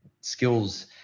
skills